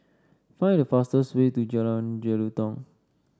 find the fastest way to Jalan Jelutong